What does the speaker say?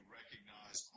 recognize